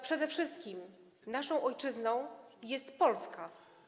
Przede wszystkim naszą ojczyzną jest Polska.